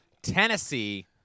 tennessee